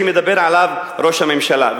שמדבר עליו ראש הממשלה,